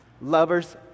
Lovers